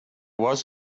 was